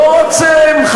לא רוצים,